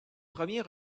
premier